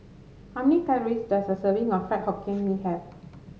how many calories does a serving of Fried Hokkien Mee have